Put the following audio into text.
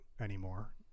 anymore